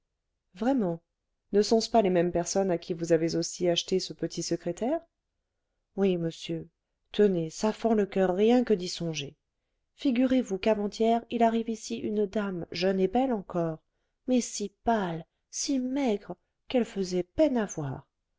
vraiment ne sont-ce pas les mêmes personnes à qui vous avez aussi acheté ce petit secrétaire oui monsieur tenez ça fend le coeur rien que d'y songer figurez-vous quavant hier il arrive ici une dame jeune et belle encore mais si pâle si maigre qu'elle faisait peine à voir